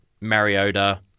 Mariota